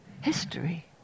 history